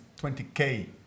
20K